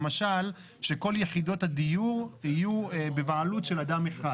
למשל שכל יחידות הדיור יהיו בבעלות של אדם אחד.